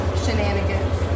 shenanigans